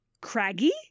craggy